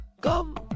Come